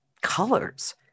colors